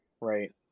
right